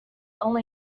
only